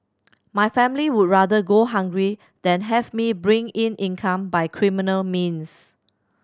my family would rather go hungry than have me bring in income by criminal means